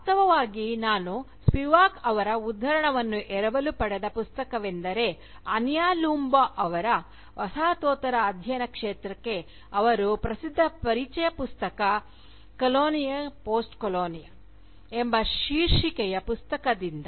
ವಾಸ್ತವವಾಗಿ ನಾನು ಸ್ಪಿವಾಕ್ ಅವರ ಉದ್ಧರಣವನ್ನು ಎರವಲು ಪಡೆದ ಪುಸ್ತಕವೆಂದರೆ ಅನಿಯಾ ಲೂಂಬಾ ಅವರ ವಸಾಹತೋತ್ತರ ಅಧ್ಯಯನ ಕ್ಷೇತ್ರಕ್ಕೆ ಅವರ ಪ್ರಸಿದ್ಧ ಪರಿಚಯ ಪುಸ್ತಕ "ಕೊಲೊನಿಯಲ್ಪೋಸ್ಟ್ಲೋನಿಯಲ್Colonialpostcolonial" ಎಂಬ ಶೀರ್ಷಿಕೆಯ ಪುಸ್ತಕದಿಂದ